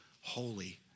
Holy